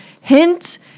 Hint